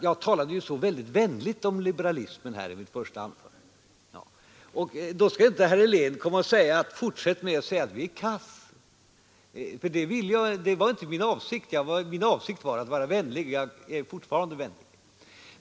Jag talade mycket vänligt om liberalismen i mitt första anförande, herr Helén, och då skall inte herr Helén komma och säga: Fortsätt påstå att vi är kass! Det var nämligen inte min avsikt. Jag avsåg att vara vänlig, och jag är fortfarande vänlig.